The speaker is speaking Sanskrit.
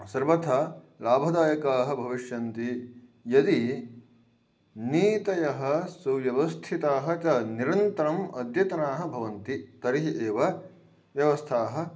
सर्वथा लाभदायकाः भविष्यन्ति यदि नीतयः सुव्यवस्थिताः च निरन्तरम् अद्यतनाः भवन्ति तर्हि एव व्यवस्थाः